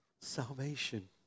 salvation